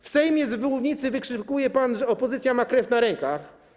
W Sejmie z mównicy wykrzykuje pan, że opozycja ma krew na rękach.